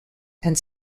and